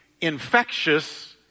infectious